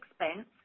expense